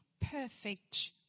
perfect